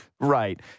Right